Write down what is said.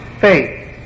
faith